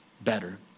better